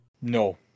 No